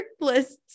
lists